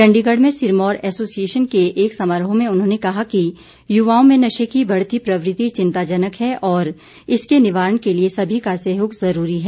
चण्डीगढ़ में सिरमौर एसोसिएशन के एक समारोह में उन्होंने कहा कि युवाओं में नशे की बढ़ती प्रवृत्ति चिंताजनक है और इसके निवारण के लिए सभी का सहयोग ज़रूरी है